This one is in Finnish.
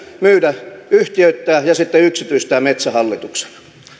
myydä yhtiöittää ja sitten yksityistää metsähallituksen